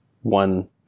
one